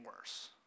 worse